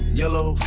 yellow